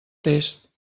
test